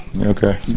Okay